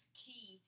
key